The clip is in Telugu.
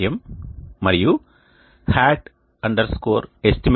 m మరియు hat estimate